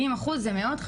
רישיון עבודה,